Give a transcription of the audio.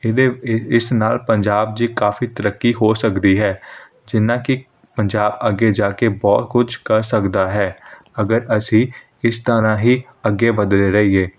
ਇਹਦੇ ਇਸ ਨਾਲ ਪੰਜਾਬ 'ਚ ਕਾਫ਼ੀ ਤਰੱਕੀ ਹੋ ਸਕਦੀ ਹੈ ਜਿੰਨਾ ਕਿ ਪੰਜਾਬ ਅੱਗੇ ਜਾ ਕੇ ਬਹੁਤ ਕੁਝ ਕਰ ਸਕਦਾ ਹੈ ਅਗਰ ਅਸੀਂ ਇਸ ਤਰ੍ਹਾਂ ਹੀ ਅੱਗੇ ਵੱਧਦੇ ਰਹੀਏ